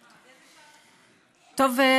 טוב,